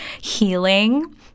healing